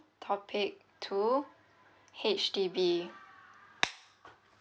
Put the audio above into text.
topic two H_D_B